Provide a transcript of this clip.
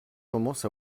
commence